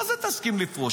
מה זה תסכים לפרוש?